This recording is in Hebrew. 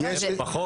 לא,